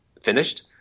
finished